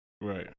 Right